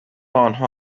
آنها